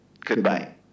Goodbye